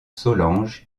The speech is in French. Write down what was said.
solange